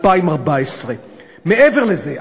2014. מעבר לזה,